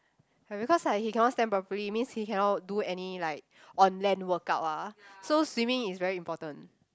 like because like he cannot stand properly means he cannot do any like on land workout ah so swimming is very important